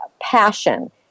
passion